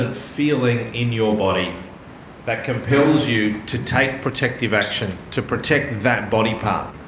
ah feeling in your body that compels you to take protective action, to protect that body part.